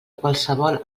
qualsevol